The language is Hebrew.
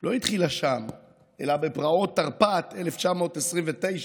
לא התחילה שם אלא בפרעות תרפ"ט, 1929,